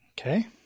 Okay